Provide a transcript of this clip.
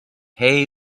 hay